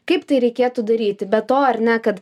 kaip tai reikėtų daryti be to ar ne kad